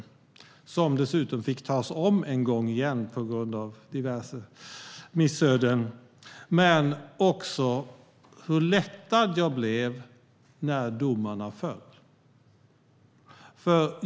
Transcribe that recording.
Den fick dessutom tas om en gång på grund av diverse missöden. Jag minns också hur lättad jag blev när domarna föll.